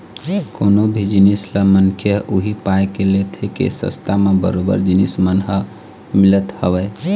कोनो भी जिनिस ल मनखे ह उही पाय के लेथे के सस्ता म बरोबर जिनिस मन ह मिलत हवय